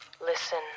Listen